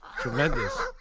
Tremendous